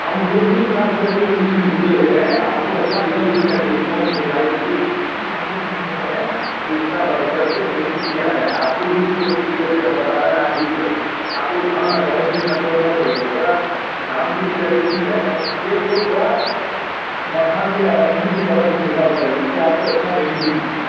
हम दो तीन साल से अभी हम इस में जुड़े हुए हैं आपको अच्छा रिजल्ट इस पर एक रिस्पॉन्स मिला है इस लिए इसी लिए हम लोग भी सोंचे हैं कि इसका बढ़ चढ़ के खेती किया जाए आपको भी इससे रिलेटेड हम बता रहें आप भी करें आप लोग धान और गेहूं के चक्कर में मत रहिए थोड़ा धान भी उब्जाइए ठीक है पर खेत को थोड़ा मखान के और मछली के तरफ़ भी झुकाव करिए उससे आपको अच्छा बेनिफिट मिलेगा